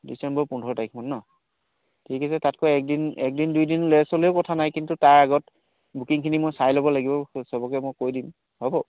ডিচেম্বৰ পোন্ধৰ তাৰিখমান নহ্ ঠিক আছে তাতকৈ একদিন একদিন দুইদিন লেছ হ'লেও কথা নাই কিন্তু তাৰ আগত বুকিংখিনি মই চাই ল'ব লাগিব সবকে মই কৈ দিম হ'ব